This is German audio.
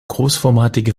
großformatige